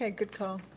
ah good call,